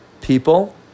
People